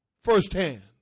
firsthand